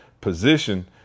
position